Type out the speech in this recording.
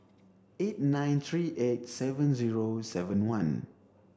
eight nine three eight seven zero seven one